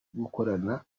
gukorana